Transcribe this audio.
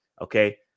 Okay